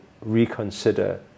reconsider